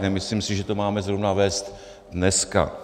Nemyslím si, že to máme zrovna vést dneska.